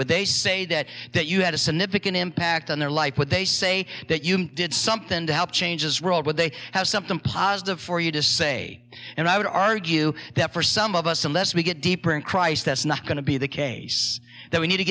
when they say that that you had a significant impact on their life what they say that you did something to help change his role would they have something positive for you to say and i would argue that for some of us unless we get deeper in christ that's not going to be the case that we need to